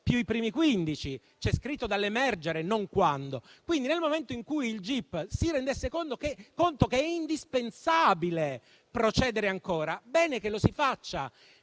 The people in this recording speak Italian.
più i primi quindici. C'è scritto «dall'emergere» e non quando. Quindi nel momento in cui il gip si rendesse conto che è indispensabile procedere ancora, bene, lo si faccia,